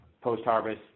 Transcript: post-harvest